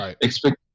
expect